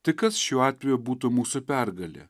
tai kas šiuo atveju būtų mūsų pergalė